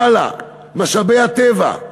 הלאה, משאבי הטבע.